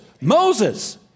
Moses